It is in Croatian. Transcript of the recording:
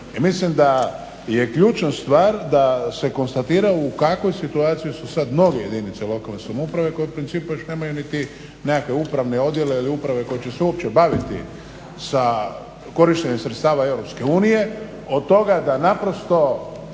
mislim da je ključna stvar da se konstatira u kakvoj situaciji su sad … jedinice lokalne samouprave koje u principu još nemaju niti nekakve upravne odjele ili uprave koje će se uopće baviti sa korištenjem sredstava Europske unije, od toga da naprosto